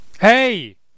Hey